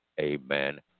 Amen